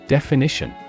Definition